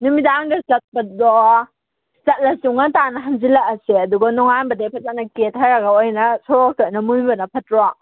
ꯅꯨꯃꯤꯗꯥꯡꯗ ꯆꯠꯄꯗꯣ ꯆꯠꯂꯁꯨ ꯉꯟꯇꯥꯅ ꯍꯟꯖꯜꯂꯛꯑꯁꯦ ꯑꯗꯨꯒ ꯅꯣꯉꯥꯟꯕꯗꯩ ꯐꯖꯟꯅ ꯀꯦꯊꯔꯒ ꯑꯣꯏꯅ ꯁꯣꯔꯣꯛꯇ ꯅꯝꯃꯨꯕꯅ ꯐꯠꯇ꯭ꯔꯣ